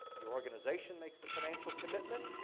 the organization makes a financial commitment,